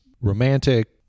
romantic